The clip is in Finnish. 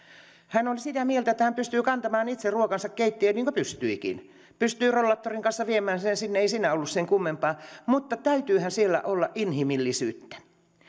hän oli sitä mieltä että hän pystyy kantamaan itse ruokansa keittiöön niin kuin pystyikin pystyi rollaattorin kanssa viemään sen sinne ei siinä ollut sen kummempaa mutta täytyyhän siellä olla inhimillisyyttä